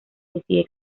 decide